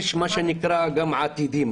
יש גם אירועים עתידיים,